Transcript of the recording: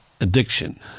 addiction